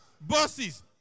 buses